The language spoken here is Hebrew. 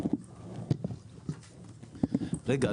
רגע,